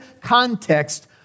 context